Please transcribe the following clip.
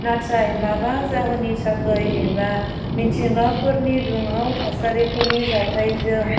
नाथाय माबा जाहोननि थाखै एबा मिथिंगाफोरनि दुंहाव थासारिफोरनि जाथायजों